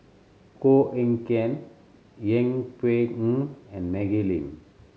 Koh Eng Kian Yeng Pway Ngon and Maggie Lim